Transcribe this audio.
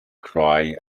cry